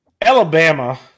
Alabama